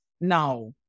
now